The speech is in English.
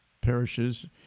parishes